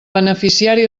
beneficiari